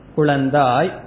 Kulandai